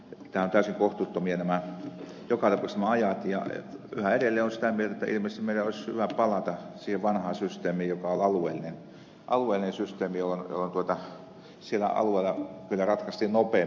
yhä edelleen olen sitä mieltä että ilmeisesti meidän olisi hyvä palata siihen vanhaan systeemiin joka on alueellinen systeemi jolloin siellä alueella kyllä ratkaistiin nopeammin